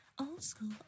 old-school